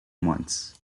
months